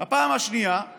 הפעם השנייה היא